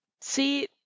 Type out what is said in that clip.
see